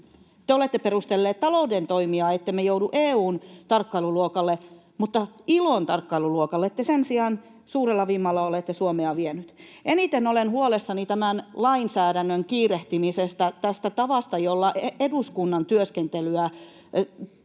Te olette perustelleet talouden toimia sillä, ettemme joudu EU:n tarkkailuluokalle, mutta ILOn tarkkailuluokalle te sen sijaan suurella vimmalla olette Suomea vieneet. Eniten olen huolissani tämän lainsäädännön kiirehtimisestä, tästä tavasta, jolla eduskunnan työskentelykulttuuria